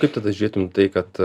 kaip tada žiūrėtum į tai kad